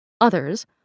Others